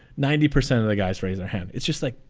ninety percent of the guys raise their hand it's just like